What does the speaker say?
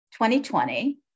2020